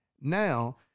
Now